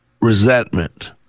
Resentment